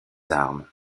armes